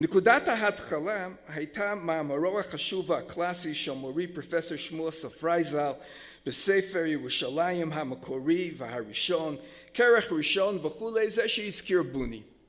נקודת ההתחלה הייתה מאמרו החשוב והקלאסי של מורי פרופסור שמואל ספראי ז"ל בספר ירושלים המקורי והראשון כרך ראשון וכולי זה שהזכיר בוני